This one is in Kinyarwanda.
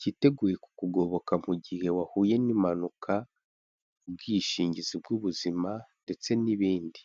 cyiteguye kukugoboka mu gihe wahuye n'impanuka, ubwishingizi bw'ubuzima ndetse n'ibindi.